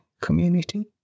community